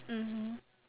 mmhmm